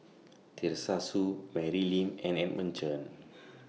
Teresa Hsu Mary Lim and Edmund Chen